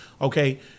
Okay